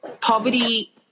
poverty